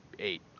Eight